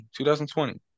2020